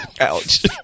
Ouch